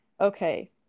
okay